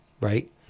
Right